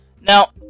Now